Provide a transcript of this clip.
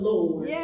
Lord